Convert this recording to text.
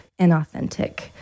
inauthentic